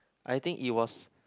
I think it was